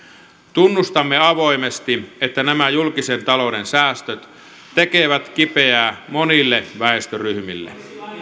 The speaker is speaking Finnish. tunnustamme avoimesti että nämä julkisen talouden säästöt tekevät kipeää monille väestöryhmille